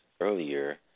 earlier